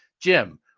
Jim